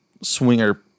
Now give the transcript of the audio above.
swinger